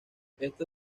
esto